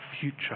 future